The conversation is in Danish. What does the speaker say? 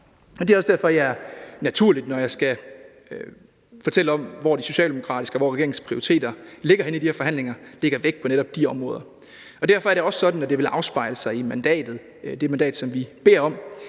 det er også derfor, at jeg naturligt, når jeg skal fortælle om, hvor Socialdemokratiet og regeringens prioriteter ligger henne i de her forhandlinger, lægger vægt på netop de områder. Og derfor er det også sådan, at det vil afspejle sig i det mandat, som vi beder om,